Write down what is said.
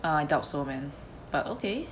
I doubt so man but okay